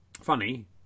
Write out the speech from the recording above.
funny